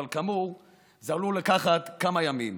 אבל כאמור זה עלול לקחת כמה ימים